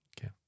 okay